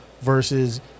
versus